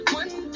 one